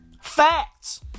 Facts